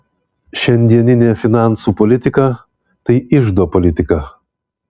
šiandieninė finansų politika tai iždo politika